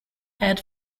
head